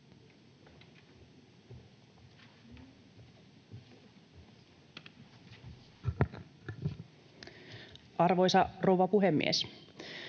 Arvoisa rouva puhemies!